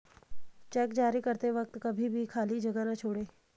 check जारी करते वक्त कभी भी खाली जगह न छोड़ें